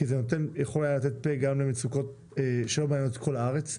כי זה יכול היה לתת פה גם למצוקות שלא מעניינות את כל הארץ.